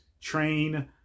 train